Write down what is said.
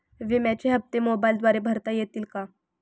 विम्याचे हप्ते मोबाइलद्वारे भरता येतील का?